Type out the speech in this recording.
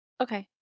Okay